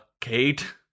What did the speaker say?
Kate